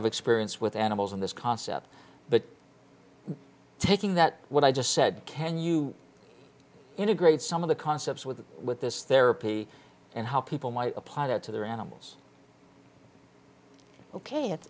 of experience with animals and this concept but taking that what i just said can you integrate some of the concepts with with this therapy and how people might apply that to their animals ok